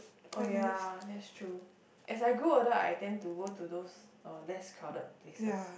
oh ya that's true as I grew older I tend to go to those uh less crowded places